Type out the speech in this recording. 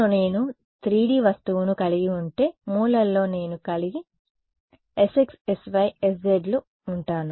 మూలలో నేను 3D వస్తువును కలిగి ఉంటే మూలల్లో నేను కలిగి s x sy sz లు ఉంటాను విద్యార్థి సార్ కార్నర్ రీజియన్లో సరిగ్గా లాస్సి మాధ్యమం ఉంటుంది